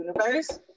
universe